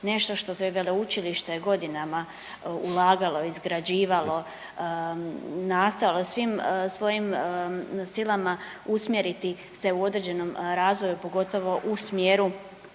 nešto u što je veleučilište godinama ulagalo, izgrađivalo nastojalo svim svojim silama usmjeriti se u određenom razvoju pogotovo u smjeru